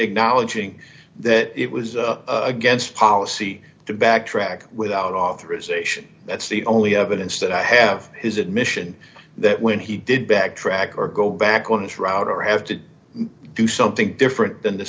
acknowledging that it was against policy to backtrack without authorization that's the only evidence that i have his admission that when he did backtrack or go back on his route or have to do something different than the